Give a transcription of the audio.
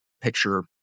picture